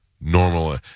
normal